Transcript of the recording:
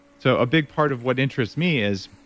so a big part of what interests me is,